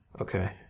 Okay